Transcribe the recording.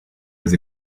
was